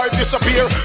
disappear